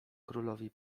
królowi